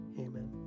Amen